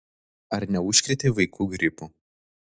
ar neužkrėtei vaikų gripu